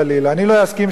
אני לא אסכים שתגיד,